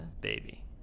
Baby